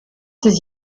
ces